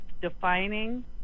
defining